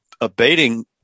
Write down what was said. abating